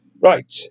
right